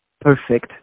perfect